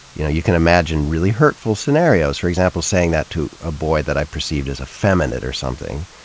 you know you can imagine really hurtful scenarios, for example saying that to a boy that i perceived as effeminate or something.